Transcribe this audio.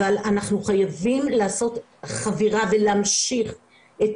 אבל אנחנו חייבים לעשות חבירה ולהמשיך את